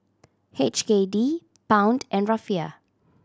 H K D Pound and Rufiyaa